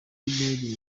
maid